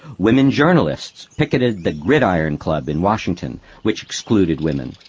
women journalists picketed the gridiron club in washington, which excluded women.